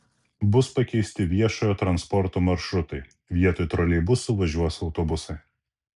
bus pakeisti viešojo transporto maršrutai vietoj troleibusų važiuos autobusai